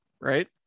right